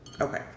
Okay